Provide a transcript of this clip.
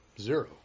zero